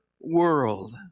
world